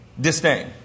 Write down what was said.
disdain